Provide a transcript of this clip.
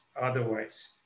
otherwise